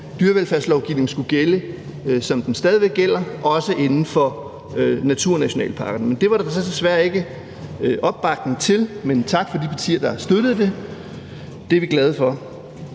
at dyrevelfærdslovgivningen skulle gælde, som den stadig væk gælder, også inden for naturnationalparkerne. Det var det så desværre ikke opbakning til, men tak til de partier, der har støttet det; det er vi glade for.